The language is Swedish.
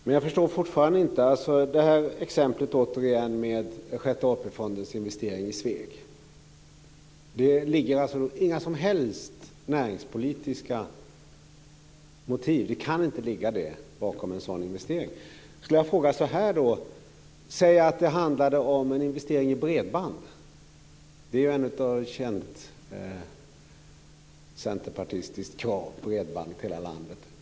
Fru talman! Jag förstår fortfarande inte exemplet med Sjätte AP-fondens investering i Sveg. Det kan inte ligga några som helst näringspolitiska motiv bakom en sådan investering. Jag skulle kunna fråga så här: Säg att det handlade om en investering i bredband. Det är ju ett känt centerpartistiskt krav, bredband åt hela landet.